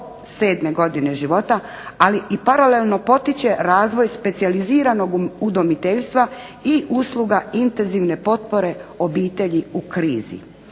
7 godine života, ali i paralelno potiče razvoj specijaliziranog udomiteljstva i usluga intenzivne potpore obitelji u krizi.